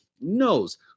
knows